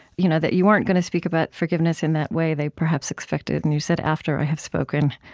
you know that you weren't going to speak about forgiveness in that way they perhaps expected. and you said, after i have spoken,